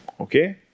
Okay